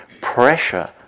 pressure